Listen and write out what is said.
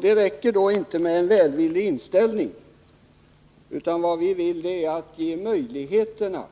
Det räcker inte med en välvillig inställning. Vi vill för vår del ge möjligheter,